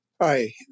Hi